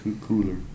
cooler